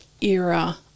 era